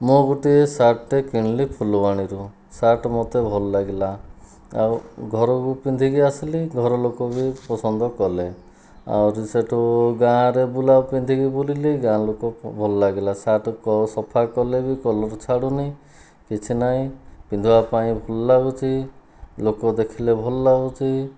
ମୁଁ ଗୋଟିଏ ସାର୍ଟଟେ କିଣିଲି ଫୁଲବାଣୀରୁ ସାର୍ଟ ମୋତେ ଭଲ ଲାଗିଲା ଆଉ ଘରକୁ ପିନ୍ଧିକି ଆସିଲି ଘର ଲୋକ ବି ପସନ୍ଦ କଲେ ଆଉ ଯେ ସେଠୁ ଗାଁରେ ବୁଲା ପିନ୍ଧିକି ବୁଲିଲି ଗାଁ ଲୋକ ଭଲ ଲାଗିଲା ସାର୍ଟ ସଫା କଲେ ବି କଲର୍ ଛାଡ଼ୁନି କିଛିନାହିଁ ପିନ୍ଧିବା ପାଇଁ ଭଲ ଲାଗୁଛି ଲୋକ ଦେଖିଲେ ଭଲ ଲାଗୁଛି